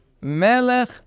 Melech